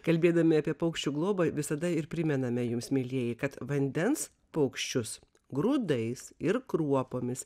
kalbėdami apie paukščių globą visada ir primename jums mielieji kad vandens paukščius grūdais ir kruopomis